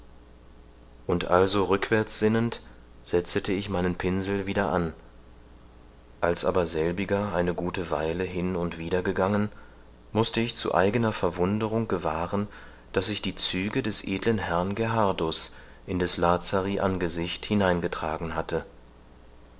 und also rückwärts sinnend setzete ich meinen pinsel wieder an als aber selbiger eine gute weile hin und wider gegangen mußte ich zu eigener verwunderung gewahren daß ich die züge des edlen herrn gerhardus in des lazari angesicht hineingetragen hatte